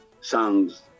songs